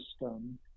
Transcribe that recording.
system